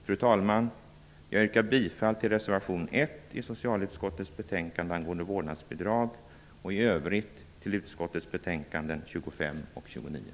Fru talman, jag yrkar bifall till reservation 1 i socialutskottets betänkande angående vårdnadsbidrag och i övrigt till utskottets hemställan i betänkandena 25 och 29.